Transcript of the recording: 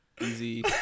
Easy